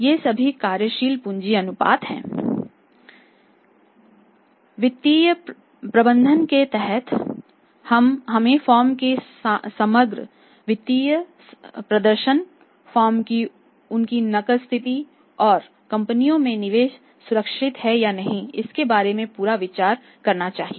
ये सभी कार्यशील पूंजी अनुपात हैं वित्तीय प्रबंधन के तहत हमें फर्म के समग्र वित्तीय प्रदर्शन फर्म की उनकी नकद स्थिति और इन कंपनियों में निवेश सुरक्षित है या नहीं के बारे में पूरा विचार होगा